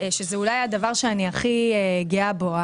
שזה אולי הדבר שאני הכי גאה בו.